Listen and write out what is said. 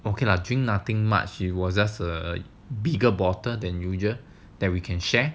okay lah drink nothing much it was a bigger water than usual that we can share